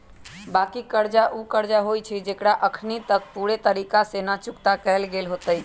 बाँकी कर्जा उ कर्जा होइ छइ जेकरा अखनी तक पूरे तरिका से न चुक्ता कएल गेल होइत